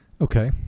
okay